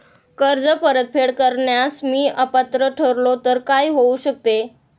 कर्ज परतफेड करण्यास मी अपात्र ठरलो तर काय होऊ शकते?